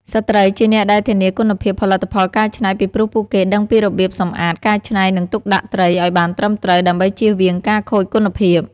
ស្ត្រីជាអ្នកដែលធានាគុណភាពផលិតផលកែច្នៃ ពីព្រោះពួកគេដឹងពីរបៀបសម្អាត កែច្នៃ និងទុកដាក់ត្រីឲ្យបានត្រឹមត្រូវ ដើម្បីជៀសវាងការខូចគុណភាព។